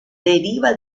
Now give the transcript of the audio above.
deriva